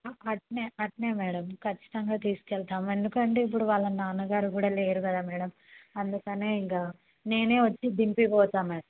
అట్లనే అట్లనే మ్యాడమ్ ఖచ్చితంగా తీసుకు వెళ్తాం ఎందుకంటే ఇప్పుడు వాళ్ళ నాన్నగారు కూడా లేరు కదా మ్యాడమ్ అందుకని ఇంక నేను వచ్చి దింపి పోతాను మ్యాడమ్